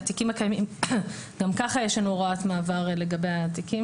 גם כך יש לנו הוראת מעבר לגבי התיקים